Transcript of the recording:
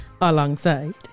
Alongside